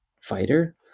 fighter